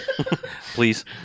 Please